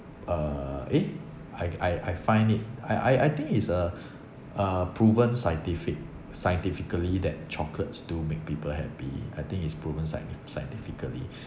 uh eh I I I find it I I I think it's a a proven scientific scientifically that chocolates do make people happy I think it's proven scienti~ scientifically